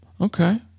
okay